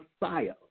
Messiah